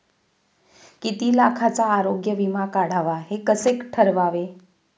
किती लाखाचा आरोग्य विमा काढावा हे कसे ठरवावे?